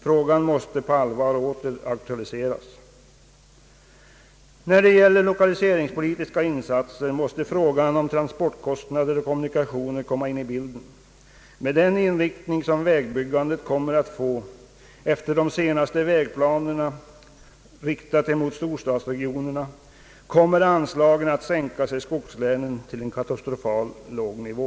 Frågan måste på allvar åter aktualiseras. När det gäller lokaliseringspolitiska insatser måste frågan om transportkostnader och kommunikationer komma in i bilden. Med den inriktning mot storstadsregionerna som vägbyggandet får enligt de senaste vägplanerna, kommer anslagen i skogslänen att sänkas till en katastrofalt låg nivå.